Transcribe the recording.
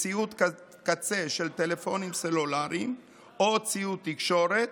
בציוד קצה של טלפונים סלולריים או ציוד תקשורת,